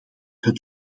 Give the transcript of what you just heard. het